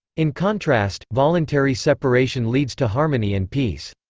in contrast, voluntary separation leads to harmony and peace.